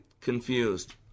confused